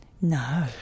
No